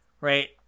Right